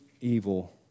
evil